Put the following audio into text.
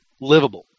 livable